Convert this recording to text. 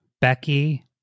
becky